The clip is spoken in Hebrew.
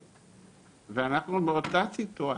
ואנחנו באותה הסיטואציה.